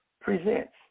presents